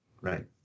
right